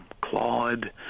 Claude